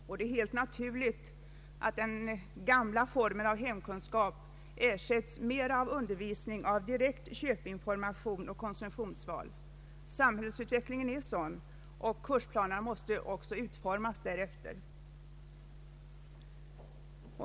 Det är också helt naturligt att den gamla formen av hemkunskap ersätts mera av undervisning i direkt köpinformation och konsumtionsval. Samhällsutvecklingen är sådan, och kursplanerna måste utformas därefter.